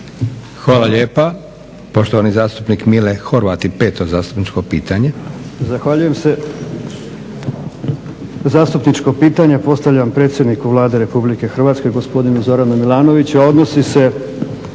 Hvala lijepa. Poštovani zastupnik Mile Horvat i peto zastupničko pitanje. **Horvat, Mile (SDSS)** Zahvaljujem se. Zastupničko pitanje postavljam predsjedniku Vlade Republike Hrvatske gospodinu Zoranu Milanoviću a odnosi se